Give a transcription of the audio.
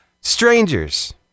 strangers